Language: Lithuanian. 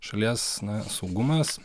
šalies saugumas